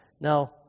Now